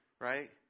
right